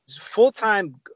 full-time